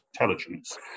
intelligence